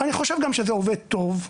אני חושב גם שזה עובד טוב,